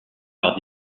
par